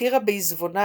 הותירה בעיזבונה